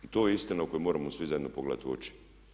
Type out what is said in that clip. I to je istina kojoj moramo svi zajedno pogledati u oči.